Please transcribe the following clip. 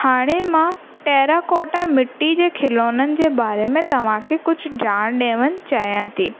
हाणे मां टेराकोटा मिटी जे खिलौननि जे बारे में तव्हांखे कुझु ॼाण ॾियणु चाहियां थी